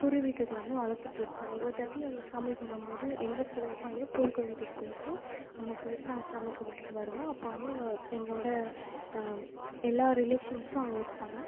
பூர்வீகத்தை வந்து வளர்த்துட்டு இருக்கோம் ஒவ்வொரு தாட்டியும் அங்கே சாமி கும்பிடம்போது எங்கே போவோமோ இல்லையோ பூர்வீக வீட்டுக்குப் போயிவிட்டு அங்கே போயிட்டு நாங்கள் சாமி கும்பிட்டுட்டு வருவோம் அப்போ வந்து எங்கள் எங்களோட எல்லா ரிலேஷன்ஸும் அங்கே இருப்பாங்க